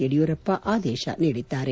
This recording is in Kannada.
ಯಡಿಯೂರಪ್ಪ ಆದೇಶ ನೀಡಿದ್ದಾರೆ